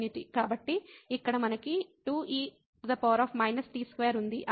కాబట్టి → 0 అయితే t →∞